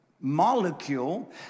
molecule